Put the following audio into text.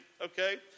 okay